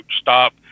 stop